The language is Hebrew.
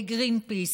לגרינפיס,